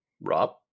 Rob